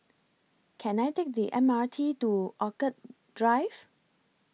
Can I Take The M R T to Orchid Drive